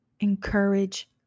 encourage